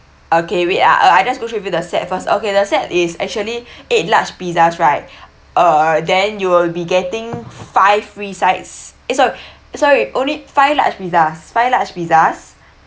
okay wait ah uh I just go to through with the set first okay the set is actually eight large pizzas right uh then you will be getting five free sides eh sorry sorry only five large pizzas five large pizzas